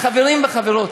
חברים וחברות,